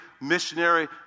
missionary